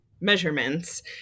measurements